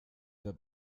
der